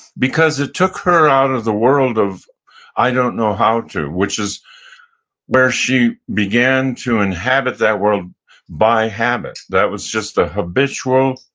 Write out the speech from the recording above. because it took her out of the world of i don't know how to, which is where she began to inhabit that world by habit. that was just a habitual,